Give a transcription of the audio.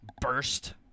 burst